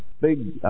big